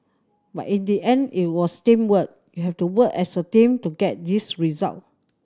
but in the end it was teamwork you have to work as a team to get this result